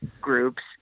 groups